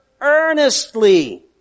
earnestly